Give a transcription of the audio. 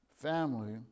family